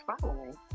following